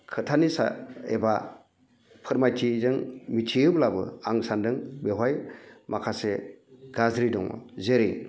खोथानि सा एबा फोरमायथिजों मिथियोब्लाबो आं सानदों बेवहाय माखासे गाज्रि दङ जेरै